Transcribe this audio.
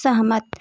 सहमत